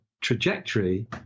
trajectory